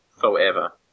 forever